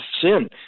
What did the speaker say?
sin